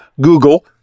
Google